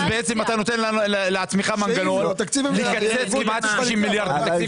אתה נותן לעצמך מנגנון לקצץ כמעט 50 מיליארד מהתקציב,